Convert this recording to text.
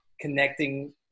connecting